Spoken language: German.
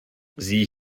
sieh